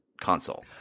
console